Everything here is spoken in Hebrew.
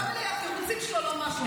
התירוצים שלו לא משהו.